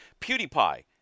PewDiePie